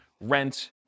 rent